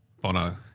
Bono